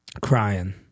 crying